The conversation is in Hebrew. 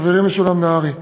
חברי משולם נהרי.